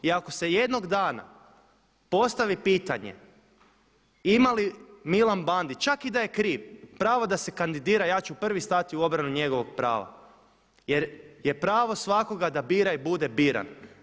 I ako se jednog dana postavi pitanje ima li Milan Bandić čak i da je kriv pravo da se kandidira ja ću prvi stati u obranu njegovog prava jer je pravo svakoga da bira i bude biran.